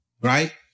right